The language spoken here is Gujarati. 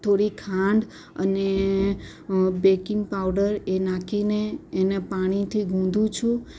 થોડી ખાંડ અને બેકિંગ પાઉડર એ નાખીને એને પાણીથી ગુંદુ છે